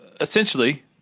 essentially